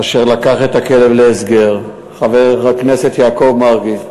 אשר לקח את הכלב להסגר, חבר הכנסת יעקב מרגי.